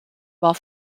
war